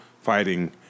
fighting